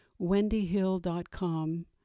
wendyhill.com